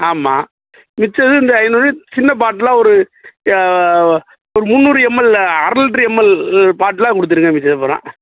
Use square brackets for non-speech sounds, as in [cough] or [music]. ஆமாம் மிச்சது இந்த ஐந்நூறு சின்ன பாட்டிலா ஒரு ஒரு முந்நூறு எம்எல் அரை லிட்ரு எம்எல் பாட்டிலா கொடுத்துருங்க [unintelligible]